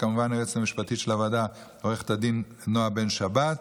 וכמובן היועצת המשפטית של הוועדה עו"ד נעה בן שבת.